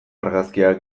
argazkiak